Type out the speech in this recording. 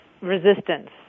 resistance